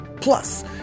Plus